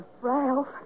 Ralph